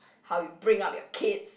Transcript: how you bring up your kids